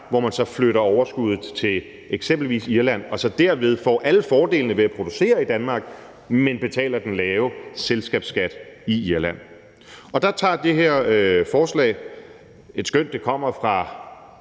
hvor man så flytter overskuddet til eksempelvis Irland og så derved får alle fordelene ved at producere i Danmark, men betaler den lave selskabsskat i Irland. Og der tager det her forslag, endskønt det kommer fra